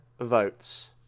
votes